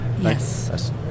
Yes